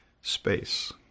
space